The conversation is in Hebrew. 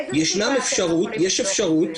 יש אפשרות